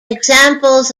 examples